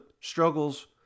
struggles